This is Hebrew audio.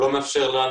מאפשרת